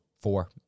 four